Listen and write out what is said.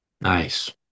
Nice